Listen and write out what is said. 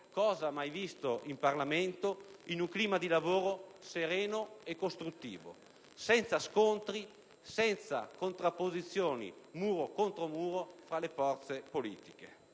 cosa mai vista in Parlamento, in un clima di lavoro sereno e costruttivo, senza scontri e senza contrapposizioni muro contro muro tra le forze politiche.